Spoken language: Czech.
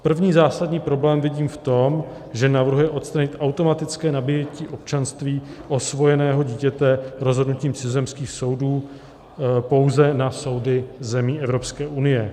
První zásadní problém vidím v tom, že navrhuje odstranit automatické nabytí občanství osvojeného dítěte rozhodnutím cizozemských soudů pouze na soudy zemí Evropské unie.